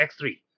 X3